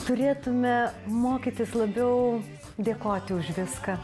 turėtume mokytis labiau dėkoti už viską